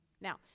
Now